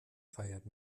feiert